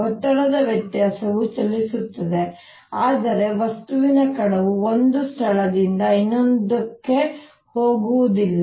ಒತ್ತಡದ ವ್ಯತ್ಯಾಸವು ಚಲಿಸುತ್ತದೆ ಆದರೆ ವಸ್ತುವಿನ ಕಣವು ಒಂದು ಸ್ಥಳದಿಂದ ಇನ್ನೊಂದಕ್ಕೆ ಹೋಗುವುದಿಲ್ಲ